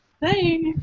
Hey